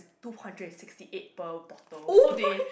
two hundred and sixty eight per bottle so they